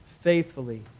faithfully